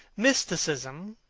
mysticism,